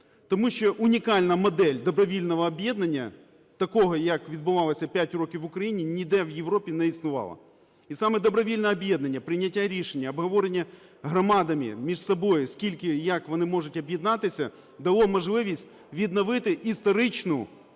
Тому що унікальна модель добровільного об'єднання, такого як відбувалося п'ять років в Україні, ніде в Європі не існувало. І саме добровільне об'єднання, прийняття рішення, обговорення громадами між собою, скільки і як вони можуть об'єднатися, дало можливість відновити історичну